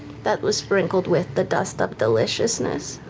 that was sprinkled with the dust of deliciousness.